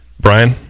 Brian